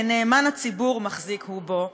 כנאמן הציבור מחזיק הוא בו,